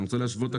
אני רוצה להשוות.